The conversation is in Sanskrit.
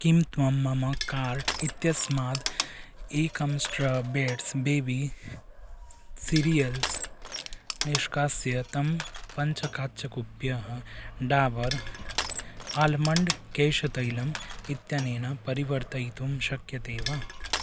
किं त्वं मम कार्ट् इत्यस्माद् एकम् स्ट्रा बेड्स् बेबी सीरियल्स् निष्कास्य तं पञ्चकाचकुप्यः डाबर् आल्मण्ड् केशतैलम् इत्यनेन परिवर्तयितुं शक्यते वा